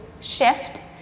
shift